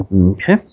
Okay